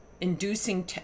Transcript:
inducing